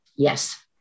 Yes